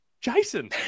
Jason